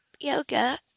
yoga